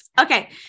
Okay